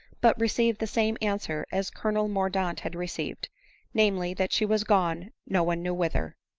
but received the same answer as colonel mordaunt had received namely, that she was gone no one knew whither.